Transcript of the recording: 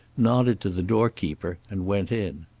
nodded to the doorkeeper, and went in.